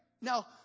Now